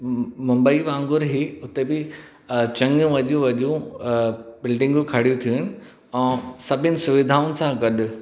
मुंबई वांगुरु ई उते बि चङियूं वॾियूं वॾियूं बिल्डिंगूं खणी थियुनि ऐं सभिनि सुविधाऊं सां गॾु